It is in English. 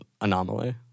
anomaly